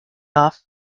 off